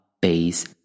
base